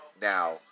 Now